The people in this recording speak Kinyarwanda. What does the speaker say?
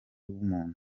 w’umuntu